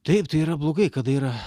taip tai yra blogai kada yra